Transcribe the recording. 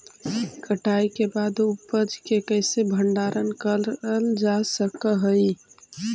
कटाई के बाद उपज के कईसे भंडारण करल जा सक हई?